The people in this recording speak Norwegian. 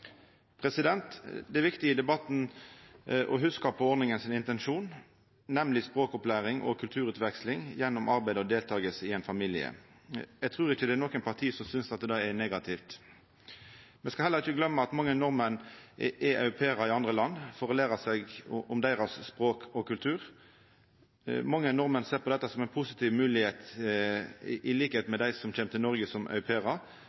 I denne debatten er det viktig å hugsa på intensjonen med ordninga, nemleg språkopplæring og kulturutveksling gjennom arbeid og deltaking i ein familie. Eg trur ikkje det er nokon parti som synest det er negativt. Me skal heller ikkje gløyma at mange nordmenn er au pairar i andre land for å læra om deira språk og kultur. Mange nordmenn ser på dette som ei positiv moglegheit i likskap med dei som